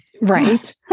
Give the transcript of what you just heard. right